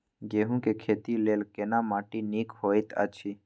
गेहूँ के खेती लेल केना माटी नीक होयत अछि?